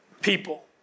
people